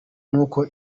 nuko